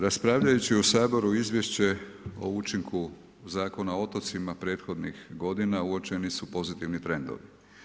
Raspravljajući u Saboru Izvješće o učinku Zakona o otocima prethodnih godina uočeni su pozitivni trendovi.